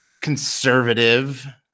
conservative